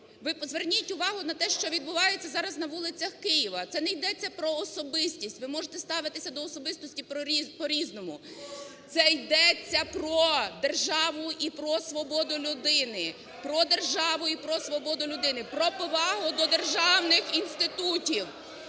Ви зверніть увагу на те, що відбувається зараз на вулицях Києва. Це не йдеться про особистість, ви можете ставитися до особистості по-різному, це йдеться про державу і про свободу людини. Про державу і свободу людини, про повагу до державних інститутів.